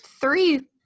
three